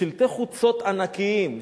ושלטי חוצות ענקיים,